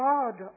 God